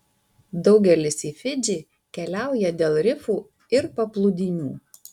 daugelis į fidžį keliauja dėl rifų ir paplūdimių